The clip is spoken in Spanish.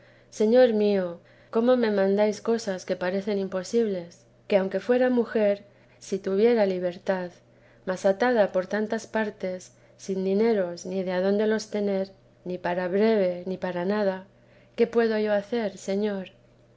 señor mío cómo me mandáis cosas que parecen imposibles que aunque fuera mujer si tuviera libertad mas atada por tantas partes sin dineros ni de dónde los tener ni para breve ni para nada qué puedo yo hacer señor